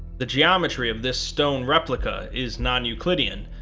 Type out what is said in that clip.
the geometry of this stone replica is non-euclidean,